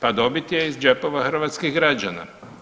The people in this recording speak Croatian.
Ta dobit je iz džepova hrvatskih građana.